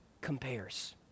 compares